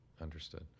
understood